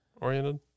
oriented